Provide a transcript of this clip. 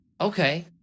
Okay